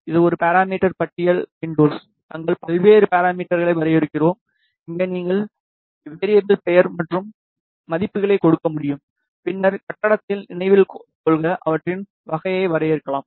இது ஒரு பாராமிடர் பட்டியல் வின்டோஸ் நாங்கள் பல்வேறு பாராமிடர்களை வரையறுக்கிறோம் இங்கே நீங்கள் வேரியேபில் பெயர் மற்றும் மதிப்புகளை கொடுக்க முடியும் பின்னர் கட்டத்தில் நினைவில் கொள்ள அவற்றின் வகையை வரையறுக்கலாம்